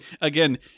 again